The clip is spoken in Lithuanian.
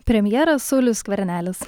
premjeras saulius skvernelis